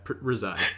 reside